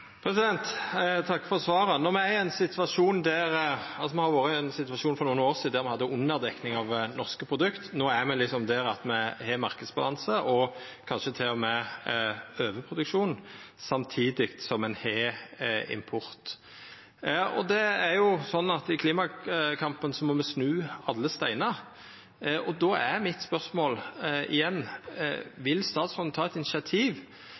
Me var i ein situasjon for nokre år sidan der me hadde underdekning av norske produkt. No er me der at me har marknadsbalanse og kanskje til og med overproduksjon, samtidig som ein har import. I klimakampen må me snu alle steinar, og då er spørsmålet mitt igjen: Vil statsråden ta initiativ